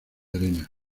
arena